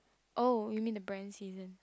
oh you mean the brand seasons